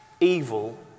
evil